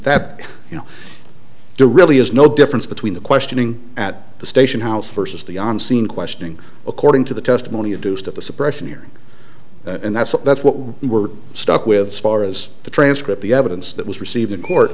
that you know there really is no difference between the questioning at the station house versus the on scene questioning according to the testimony of deuced of the suppression here and that's what that's what we were stuck with far as the transcript the evidence that was received in court